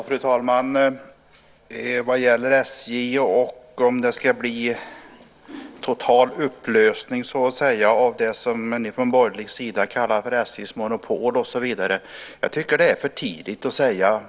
Fru talman! Jag tar Inlandsbanan först.